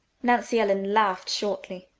nancy ellen laughed shortly.